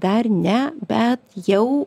dar ne bet jau